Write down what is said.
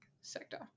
sector